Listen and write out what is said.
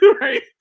Right